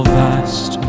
vast